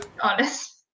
honest